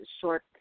short